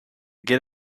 get